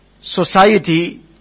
society